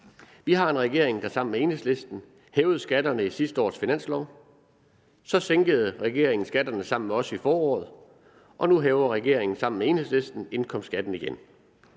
Vi har en regering, der sammen med Enhedslisten hævede skatterne i sidste års finanslov. Så sænkede regeringen skatterne sammen med os i foråret, og nu hæver regeringen sammen med Enhedslisten indkomstskatten igen.